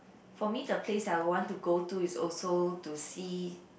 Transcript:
for me the place that I would want to go to is also to see